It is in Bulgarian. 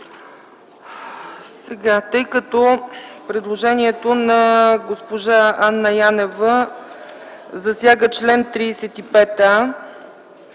Тъй като предложението на госпожа Анна Янева засяга чл. 35а,